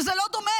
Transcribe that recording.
וזה לא דומה.